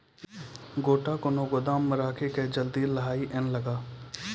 गोटा कैनो गोदाम मे रखी की जल्दी लाही नए लगा?